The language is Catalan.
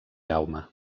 jaume